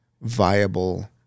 viable